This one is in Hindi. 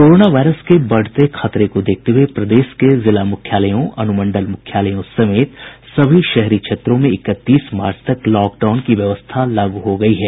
कोरोना वायरस के बढ़ते खतरे को देखते हुये प्रदेश के जिला मुख्यालयों अनुमंडल मुख्यालयों समेत सभी शहरी क्षेत्रों में इकतीस मार्च तक लॉक डाउन की व्यवस्था लागू हो गयी है